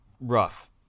rough